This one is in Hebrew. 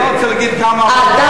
אני לא רוצה להגיד כמה, אה.